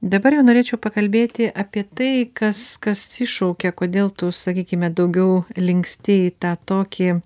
dabar jau norėčiau pakalbėti apie tai kas kas iššaukia kodėl tu sakykime daugiau linksti į tą tokį